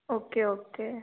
okay okay